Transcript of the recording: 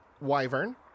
Wyvern